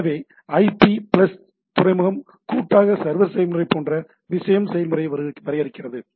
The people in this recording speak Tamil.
எனவே ஐபி பிளஸ் துறைமுகம் கூட்டாக சர்வர் செயல்முறை போன்ற விஷயம் செயல்முறை வரையறுக்கிறது